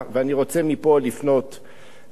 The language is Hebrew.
אני רוצה מפה לפנות לכבאים,